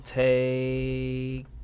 take